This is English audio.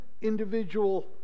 individual